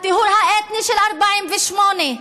הטיהור האתני של 48',